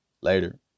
Later